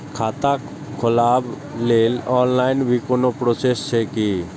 खाता खोलाबक लेल ऑनलाईन भी कोनो प्रोसेस छै की?